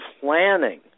planning